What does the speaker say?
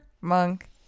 Monk